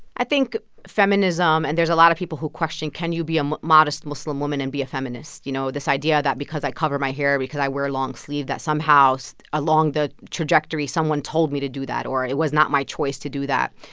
i think feminism and there's a lot of people who question, can you be um a modest muslim woman and be a feminist? you know, this idea that because i cover my hair, because i wear long-sleeve, that somehow so along the trajectory someone told me to do that or it it was not my choice to do that.